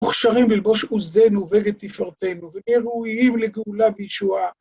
‫מוכשרים ללבוש עוזנו ולתפארתנו, וראויים לגאולה וישועה.